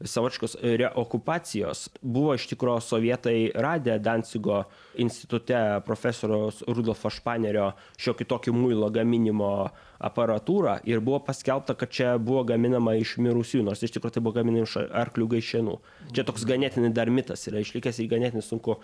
savotiškos reokupacijos buvo iš tikro sovietai radę dancigo institute profesoriaus rudolfo španerio šiokį tokį muilo gaminimo aparatūrą ir buvo paskelbta kad čia buvo gaminama iš mirusiųjų nors iš tikro tai buvo gaminama iš arklių gaišenų čia toks ganėtinai dar mitas yra išlikęs ir ganėtinai sunku